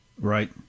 Right